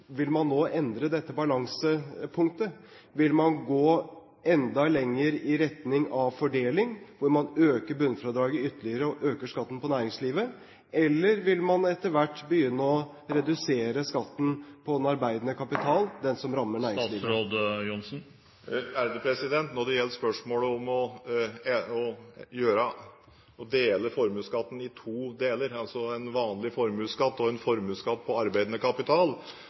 vil man nå endre dette balansepunktet? Vil man gå enda lenger i retning av fordeling, hvor man øker bunnfradraget ytterligere og øker skatten på næringslivet? Eller vil man etter hvert begynne å redusere skatten på den arbeidende kapital, den som rammer næringslivet? Når det gjelder spørsmålet om å dele formuesskatten i to deler – altså en vanlig formuesskatt og en formuesskatt på arbeidende kapital